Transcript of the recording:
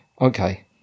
okay